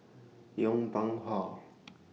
Yong Pung How